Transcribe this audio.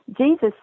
Jesus